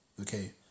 Okay